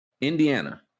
Indiana